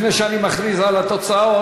לפני שאני מכריז על התוצאות.